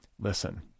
listen